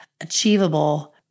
achievable